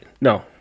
No